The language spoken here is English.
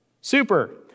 Super